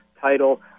title